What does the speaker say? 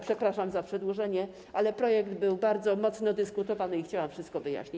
Przepraszam za przedłużenie, ale projekt był bardzo mocno dyskutowany i chciałam wszystko wyjaśnić.